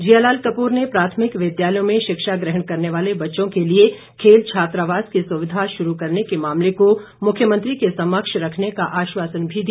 जिया लाल कपूर ने प्राथमिक विद्यालयों में शिक्षा ग्रहण करने वाले बच्चों के लिए खेल छात्रावास की सुविधा शुरू करने के मामले को मुख्यमंत्री के समक्ष रखने का आश्वासन भी दिया